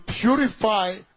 purify